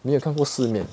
你也看过四面